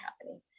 happening